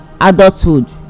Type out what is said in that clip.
adulthood